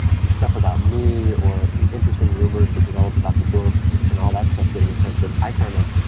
the stuff about me or interesting rumors that developed about the book and all that stuff getting attention, i found that,